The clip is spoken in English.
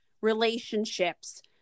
relationships